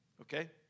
Okay